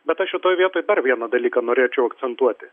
bet aš šitoj vietoj dar vieną dalyką norėčiau akcentuoti